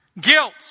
Guilt